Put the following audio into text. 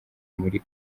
muri